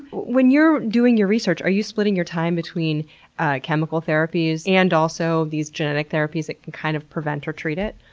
when you're doing your research, are you splitting your time between chemical therapies and also these genetic therapies that can, kind of, prevent or treat it?